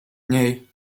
niej